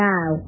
Now